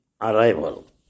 arrival